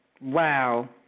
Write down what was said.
Wow